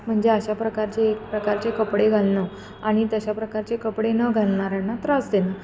म्हणजे अशा प्रकारचे एक प्रकारचे कपडे घालणं आणि तशा प्रकारचे कपडे न घालणाऱ्यांना त्रास देणं